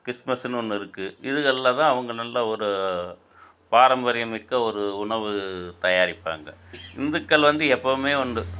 கிறிஸ்மஸ்ஸுன்னு ஒன்று இருக்குது இதுகளில் தான் அவங்க நல்ல ஒரு பாரம்பரியமிக்க ஒரு உணவு தயாரிப்பாங்க இந்துக்கள் வந்து எப்போவுமே உண்டு